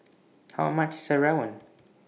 How much IS Rawon